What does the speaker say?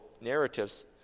narratives